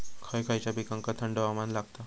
खय खयच्या पिकांका थंड हवामान लागतं?